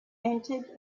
entered